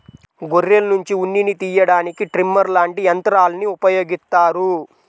గొర్రెల్నుంచి ఉన్నిని తియ్యడానికి ట్రిమ్మర్ లాంటి యంత్రాల్ని ఉపయోగిత్తారు